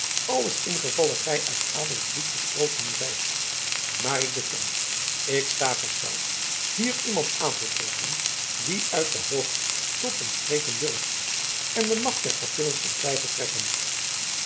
alles ingevalle gij uit adellijk bloed gesproten zijt maar ik beken ik sta versteld hier iemand aan te treffen die uit de hoogte tot ons spreken durft en de macht der kapittels in twijfel trekken